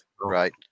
Right